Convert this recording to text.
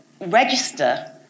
register